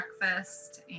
breakfast